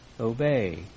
obey